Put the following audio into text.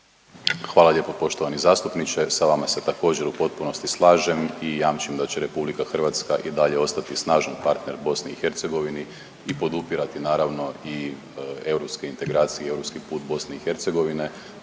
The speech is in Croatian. Hvala lijepo poštovani zastupniče, sa vama se također u potpunosti slažem i jamčim da će RH i dalje ostati snažan partner BiH i podupirati naravno i europske integracije i europski put BiH te